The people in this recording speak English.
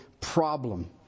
problem